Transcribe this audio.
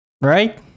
Right